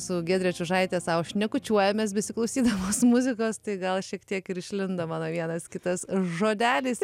su giedre čiužaite sau šnekučiuojamės besiklausydamos muzikos tai gal šiek tiek ir išlindo mano vienas kitas žodelis